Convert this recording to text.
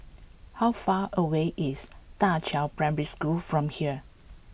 how far away is Da Qiao Primary School from here